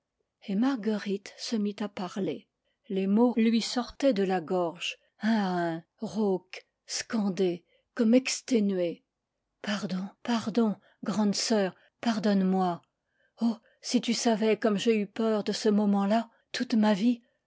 et marguerite se mit à parler les mots lui sortaient de la gorge un à un rauques scandés comme exténués pardon pardon grande sœur pardonne-moi oh si tu savais comme j'ai eu peur de ce moment-là toute ma vie